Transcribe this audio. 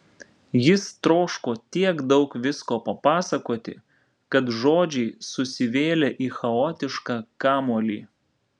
jis troško tiek daug visko papasakoti kad žodžiai susivėlė į chaotišką kamuolį